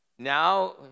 Now